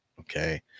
okay